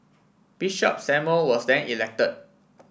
Bishop Samuel was then elected